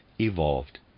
evolved